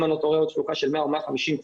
עם תפוקה של 100 או 150 צימרים.